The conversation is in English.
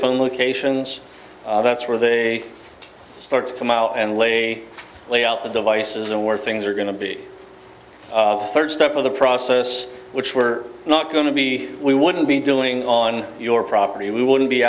phone locations that's where they start to come out and lay lay out the devices and where things are going to be a third step of the process which we're not going to be we wouldn't be doing on your property we wouldn't be